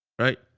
right